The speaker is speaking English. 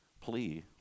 plea